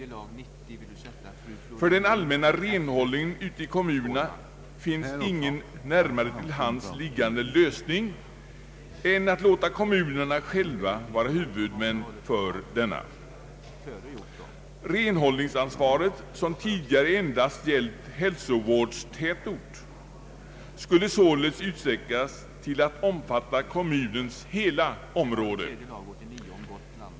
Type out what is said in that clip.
För den allmänna renhållningen i kommunerna finns ingen närmare till hands liggande lösning än att låta kommunerna själva vara huvudmän för denna. Renhållningsansvaret, som tidigare endast gällt hälsovårdstätort, skulle således utsträckas till att omfatta kommunens hela område.